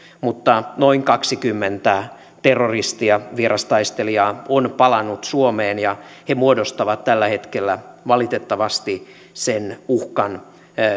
mutta noin kaksikymmentä terroristia vierastaistelijaa on palannut suomeen ja he muodostavat tällä hetkellä valitettavasti sen uhkan